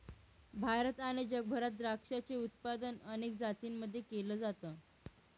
भारत आणि जगभरात द्राक्षाचे उत्पादन अनेक जातींमध्ये केल जात